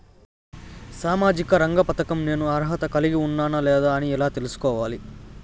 సామాజిక రంగ పథకం నేను అర్హత కలిగి ఉన్నానా లేదా అని ఎలా తెల్సుకోవాలి?